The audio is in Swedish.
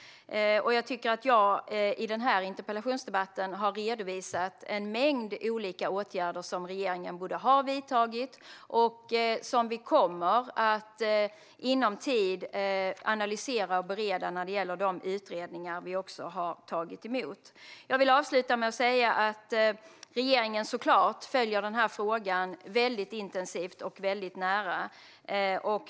Jag tycker att jag i den här interpellationsdebatten har redovisat en mängd olika åtgärder, både åtgärder som regeringen har vidtagit och åtgärder som vi kommer att analysera och bereda när det gäller de utredningar vi också har tagit emot. Jag vill avsluta med att säga att regeringen såklart följer denna fråga väldigt intensivt och väldigt nära.